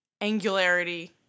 angularity